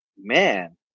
man